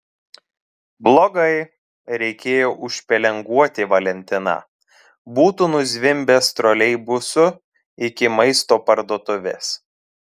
blogai reikėjo užpelenguoti valentiną būtų nuzvimbęs troleibusu iki maisto parduotuvės